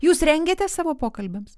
jūs rengiatės savo pokalbiams